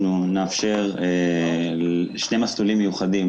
אנחנו נאפשר שני מסלולים מיוחדים